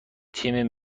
تیم